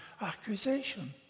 accusation